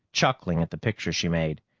chuckling at the picture she made.